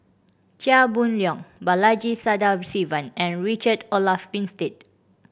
Chia Boon Leong Balaji Sadasivan and Richard Olaf Winstedt